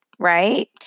Right